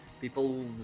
People